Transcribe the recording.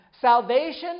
Salvation